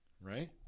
right